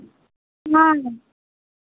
हाँ